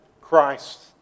Christ